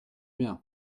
bien